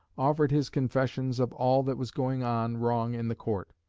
offered his confessions of all that was going on wrong in the court.